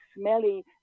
smelly